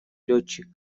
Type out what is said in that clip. летчик